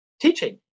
teaching